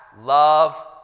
love